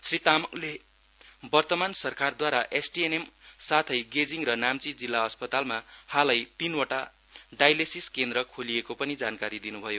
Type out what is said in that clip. श्री तामङले वतमार्न सरकारद्वारा एसटिएनएम साथै गेजिङ र नाम्ची जिल्ला अस्पतालमा हालै तीनवटा डाइलेसिस केन्द्र खोलिएको पनि जानकारी दिन्भयो